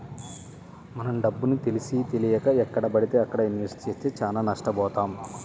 మనం డబ్బుని తెలిసీతెలియక ఎక్కడబడితే అక్కడ ఇన్వెస్ట్ చేస్తే చానా నష్టబోతాం